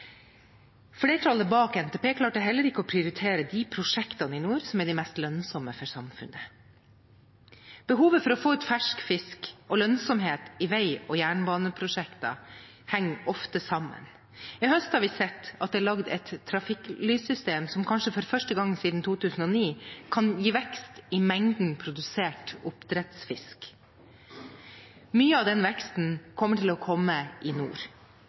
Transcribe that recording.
Flertallet bak NTP klarte heller ikke å prioritere de prosjektene i nord som er de mest lønnsomme for samfunnet. Behovet for å få ut fersk fisk og lønnsomhet i vei- og jernbaneprosjekter henger ofte sammen. I høst har vi sett at det er lagd et trafikklyssystem som kanskje for første gang siden 2009 kan gi vekst i mengden produsert oppdrettsfisk. Mye av den veksten kommer til å komme i nord.